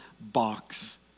box